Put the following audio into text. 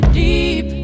deep